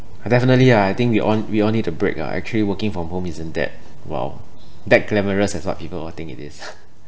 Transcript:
definitely ah I think we all we all need a break uh actually working from home isn't that !wow! that glamorous as what people all think it is